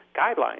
guidelines